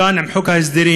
כאן, עם חוק ההסדרים,